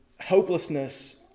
hopelessness